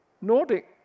Nordic